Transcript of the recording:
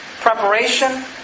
preparation